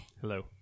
Hello